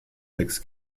sechs